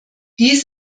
dies